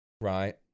right